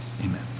amen